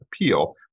appeal